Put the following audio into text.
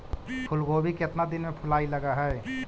फुलगोभी केतना दिन में फुलाइ लग है?